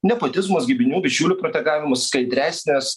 nepotizmas giminių bičiulių protegavimas skaidresnis